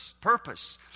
purpose